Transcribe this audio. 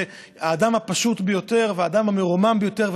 האדם הפשוט ביותר והאדם המרומם ביותר,